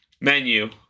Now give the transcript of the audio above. menu